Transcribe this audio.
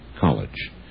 College